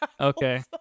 Okay